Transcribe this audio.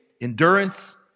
endurance